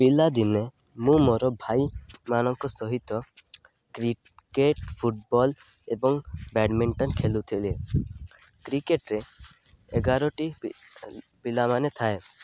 ପିଲାଦିନେ ମୁଁ ମୋର ଭାଇମାନଙ୍କ ସହିତ କ୍ରିକେଟ ଫୁଟବଲ୍ ଏବଂ ବ୍ୟାଡ଼ମିଣ୍ଟନ ଖେଲୁଥିଲି କ୍ରିକେଟରେ ଏଗାରଟି ପିଲାମାନେ ଥାଏ